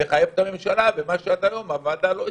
לחייב את הממשלה, מה שעד היום הוועדה לא הצליחה.